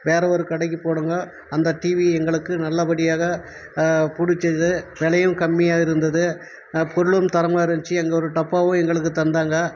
வேறு ஒரு கடைக்கு போனோங்க அந்த டிவி எங்களுக்கு நல்லப்படியாக பிடிச்சிது விலையும் கம்மியாக இருந்தது பொருளும் தரமாக இருந்துச்சு இந்த ஒரு டப்பாவும் எங்களுக்கு தந்தாங்க